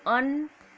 अन्